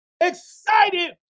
excited